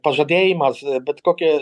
pažadėjimas bet kokie